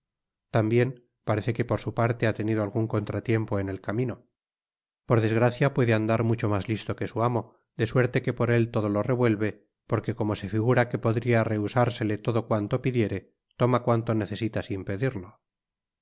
tambien parece que por su parte ha tenido algun contratiempo en el camino por desgracia puede andar mucho mas listo que su amo de suerte que por él todo lo revuelve porque como se figura que podria rehusársele todo cuanto pidiere toma cuanto necesita sin pedirlo